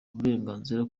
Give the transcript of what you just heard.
uburenganzira